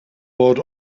bought